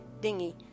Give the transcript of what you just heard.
dingy